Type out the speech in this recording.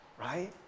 right